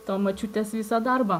to močiutės viso darbo